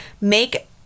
make